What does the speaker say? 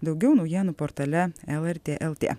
daugiau naujienų portale lrt lt